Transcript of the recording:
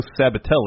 Sabatelli